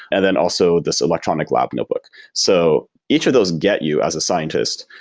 and then also this electronic lab notebook so each of those get you as a scientist.